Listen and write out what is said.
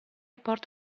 port